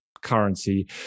currency